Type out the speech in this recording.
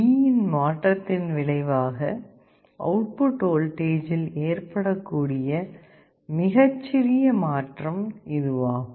D இன் மாற்றத்தின் விளைவாக அவுட்புட் வோல்டேஜில் ஏற்படக்கூடிய மிகச்சிறிய மாற்றம் இதுவாகும்